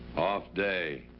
off day.